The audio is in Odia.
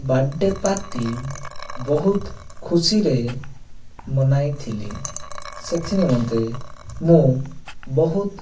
ବାର୍ଥଡ଼େ ପାର୍ଟି ବହୁତ ଖୁସିରେ ମନାଇଥିଲି ସେଥି ନିମନ୍ତେ ମୁଁ ବହୁତ